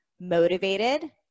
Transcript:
motivated